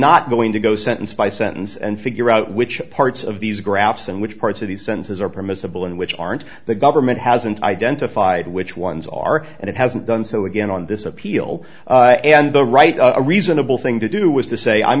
not going to go sentence by sentence and figure out which parts of these graphs and which parts of the senses are permissible and aren't the government hasn't identified which ones are and it hasn't done so again on this appeal and the right a reasonable thing to do was to say i'm